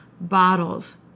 bottles